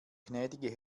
gnädige